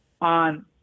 on